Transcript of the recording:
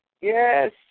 Yes